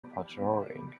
patrolling